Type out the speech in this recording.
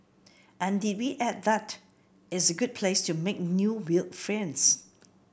and did we add that it's a good place to make new weird friends